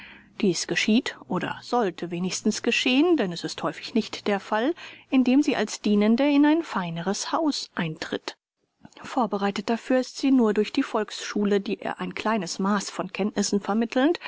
dies geschieht oder sollte wenigstens geschehen denn es ist häufig nicht der fall indem sie als dienende in ein feineres haus eintritt vorbereitet dafür ist sie nur durch die volksschule die ihr ein kleines maß von kenntnissen vermittelnd